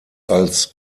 als